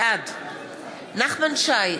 בעד נחמן שי,